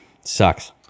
Sucks